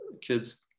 kids